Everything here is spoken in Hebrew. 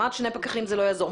אמרת: שני פקחים זה לא יעזור.